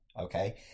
Okay